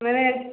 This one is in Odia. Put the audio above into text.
ନାଇ ନାଇ